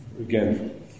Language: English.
again